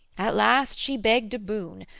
at last she begged a boon,